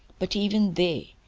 but even they,